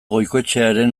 goikoetxearen